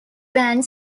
band